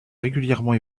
régulièrement